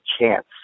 chance